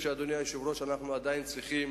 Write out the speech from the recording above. אדוני היושב-ראש, אנחנו עדיין צריכים